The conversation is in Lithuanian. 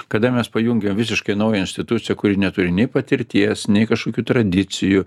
kada mes pajungiam visiškai naują instituciją kuri neturi nei patirties nei kažkokių tradicijų